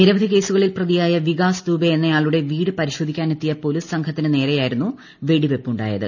നിരവധി കേസുകളിൽ പ്രതിയായ വികാസ് ദുബെ എന്നയാളുടെ വീട് പരിശോധിക്കാനെത്തിയ പോലീസ് സംഘത്തിനു നേരേയായിരുന്നു വെടിവയ്പ് ഉണ്ടായത്